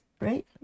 right